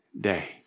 day